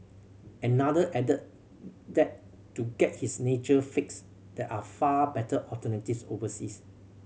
another added that to get his nature fix there are far better alternative overseas